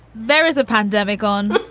there is a pandemic on.